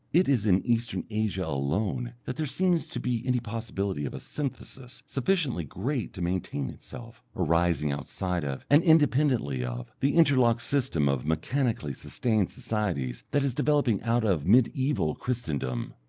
it is in eastern asia alone that there seems to be any possibility of a synthesis sufficiently great to maintain itself, arising outside of, and independently of, the interlocked system of mechanically sustained societies that is developing out of mediaeval christendom.